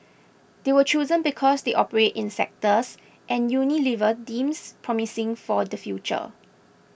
they were chosen because they operate in sectors and Unilever deems promising for the future